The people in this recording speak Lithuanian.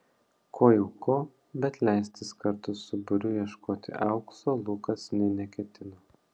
ko jau ko bet leistis kartu su būriu ieškoti aukso lukas nė neketino